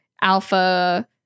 alpha